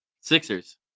Sixers